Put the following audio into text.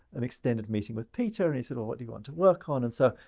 an extended meeting with peter. and he said, well, what do you want to work on? and so,